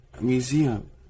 museum